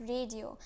Radio